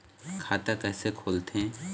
खाता कइसे खोलथें?